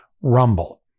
rumble